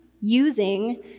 using